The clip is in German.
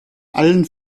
allen